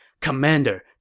Commander